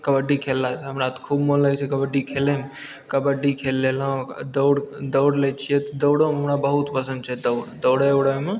कबड्डी खेललासे हमरा खूब मोन लागै छै कबड्डी खेलैमे कबड्डी खेल लेलहुँ दौड़ लै छिए दौड़ो हमरा बहुत पसन्द छै दौड़ै उड़ैमे